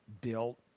Built